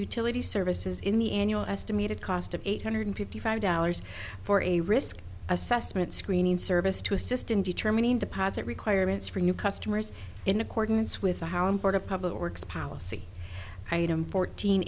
utility services in the annual estimated cost of eight hundred fifty five dollars for a risk assessment screening service to assist in determining deposit requirements for new customers in accordance with the how important public works policy item fourteen